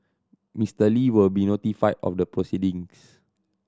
Mister Li will be notified of the proceedings